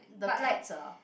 the cats are